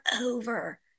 over